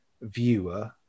viewer